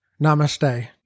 Namaste